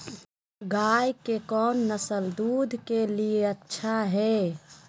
गाय के कौन नसल दूध के लिए अच्छा है?